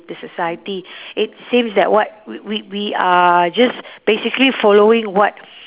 the society it seems that what we we we are just basically following what